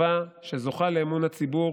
טובה, שזוכה לאמון הציבור.